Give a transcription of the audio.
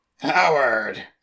Howard